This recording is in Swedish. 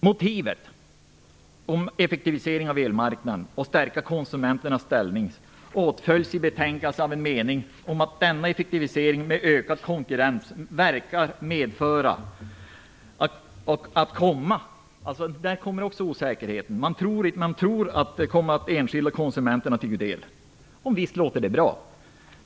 Motivet, en effektivisering av elmarknaden och en stärkt ställning för konsumenterna, åtföljs i betänkandet av en mening om att denna effektivisering med ökad konkurrens verkar komma - där finns också en osäkerhet - enskilda konsumenter till del. Visst låter det bra!